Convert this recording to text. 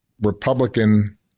republican